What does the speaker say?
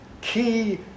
key